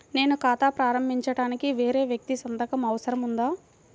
నేను ఖాతా ప్రారంభించటానికి వేరే వ్యక్తి సంతకం అవసరం ఉందా?